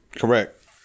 Correct